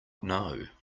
know